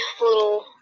little